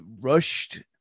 rushed